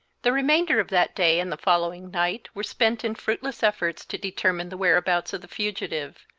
the remainder of that day and the following night were spent in fruitless efforts to determine the whereabouts of the fugitive.